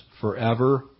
forever